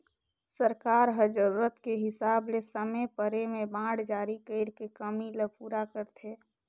सरकार ह जरूरत के हिसाब ले समे परे में बांड जारी कइर के कमी ल पूरा करथे